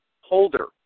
holder